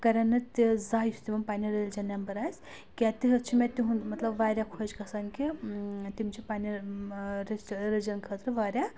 کَر نہٕ تہِ زانٛہہ یُس تِمَن پنٛنؠن رلِجَن نیٚبَر آسہِ کینٛہہ تِتھ چھِ مےٚ تِہُنٛد مطلب واریاہ خۄش گژھان کہِ تِم چھِ پنٛنہِ رِلِجَن خٲطرٕ واریاہ